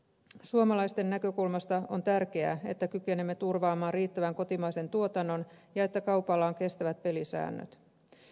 suomalaisten näkökulmasta on tärkeää että kykenemme turvaamaan riittävän kotimaisen tuotannon ja että kaupalla on kestävät pelisäännöt